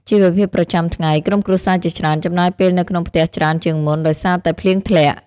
ជីវភាពប្រចាំថ្ងៃ ក្រុមគ្រួសារជាច្រើនចំណាយពេលនៅក្នុងផ្ទះច្រើនជាងមុន ដោយសារតែភ្លៀងធ្លាក់។